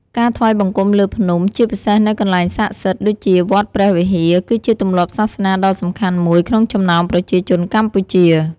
ការថ្វាយបង្គំលើភ្នំ ជាពិសេសនៅកន្លែងស័ក្តិសិទ្ធិដូចជាវត្តព្រះវិហារ គឺជាទម្លាប់សាសនាដ៏សំខាន់មួយក្នុងចំណោមប្រជាជនកម្ពុជា។